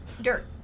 Dirt